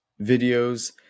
videos